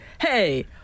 Hey